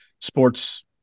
sports